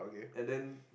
and then